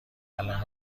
الآن